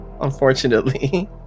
unfortunately